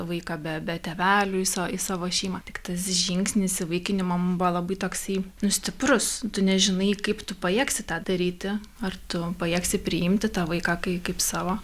vaiką be be tėvelių į sa į savo šeimą tik tas žingsnis įvaikinimo mum buvo labai toksai nu stiprus tu nežinai kaip tu pajėgsi tą daryti ar tu pajėgsi priimti tą vaiką kai kaip savo